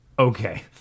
Okay